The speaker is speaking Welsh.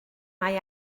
mae